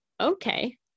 Okay